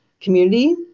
community